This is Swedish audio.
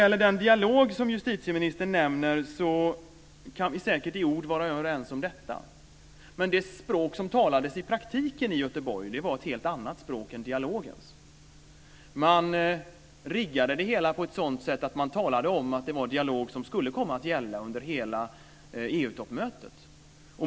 Vi kan säkert vara överens i ord om den dialog som justitieministern nämner. Men det språk som talades i praktiken i Göteborg var ett helt annat språk än dialogens. Man riggade det hela på ett sådant sätt att man talade om att det var en dialog som skulle komma att gälla under hela EU-toppmötet.